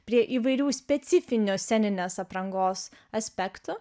prie įvairių specifinių sceninės aprangos aspektų